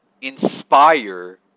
inspire